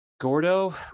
Gordo